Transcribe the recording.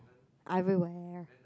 everywhere